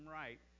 right